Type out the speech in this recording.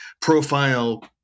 profile